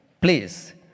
please